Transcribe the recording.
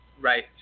Right